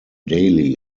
daily